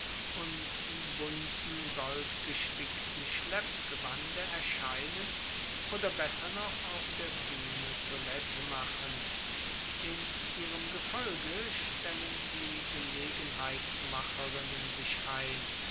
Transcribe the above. und im bunten goldgestickten schleppgewande erscheinen oder besser noch auf der buehne toilette machen in ihrem gefolge stellen die gelegenheitsmacherinnen sich ein